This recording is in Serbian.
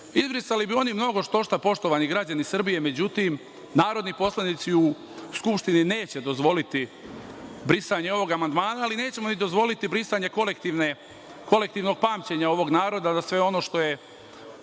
EPS.Izbrisali bi oni mnogo štošta, poštovani građani Srbije, međutim, narodni poslanici u Skupštini neće dozvoliti brisanje ovog amandmana, ali nećemo ni dozvoliti brisanje kolektivnog pamćenja ovog naroda za sve ono što je